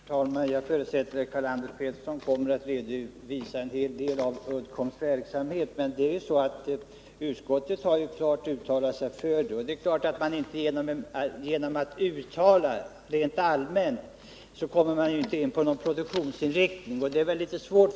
Herr talman! Jag förutsätter att Karl-Anders Petersson kommer att redovisa en hel del av Uddcombs verksamhet. Utskottet har uttalat sig rent allmänt om företaget. Det är naturligtvis svårt för ett utskott att ha en direkt Nr 120 uppfattning om vilken inriktning företagets verksamhet skall ha.